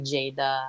Jada